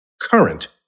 current